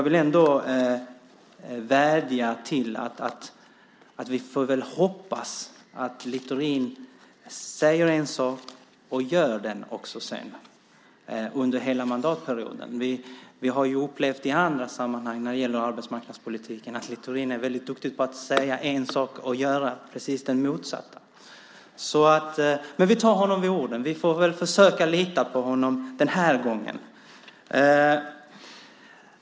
Vi får väl hoppas att Littorin säger en sak och också gör den under hela mandatperioden. Vi har ju upplevt i andra sammanhang när det gäller arbetsmarknadspolitiken att Littorin är väldigt duktig på att säga en sak och göra precis det motsatta. Men vi tar honom på orden. Vi får väl försöka lita på honom den här gången.